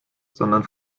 sondern